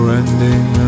ending